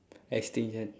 extinction